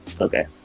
Okay